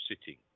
sitting